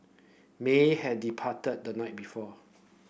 may had departed the night before